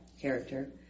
character